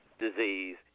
disease